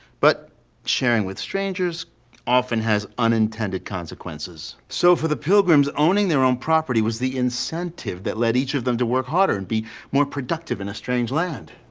but sharing with strangers often has unintended consequences. so, for the pilgrims, owning their own property was the incentive that led each of them to work harder and be more productive in a strange land.